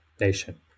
nation